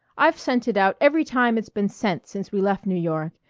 i've sent it out every time it's been sent since we left new york,